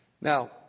Now